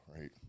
right